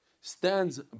stands